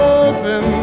open